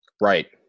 Right